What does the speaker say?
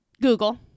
google